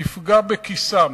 תפגע בכיסם.